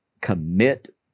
commit